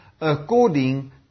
according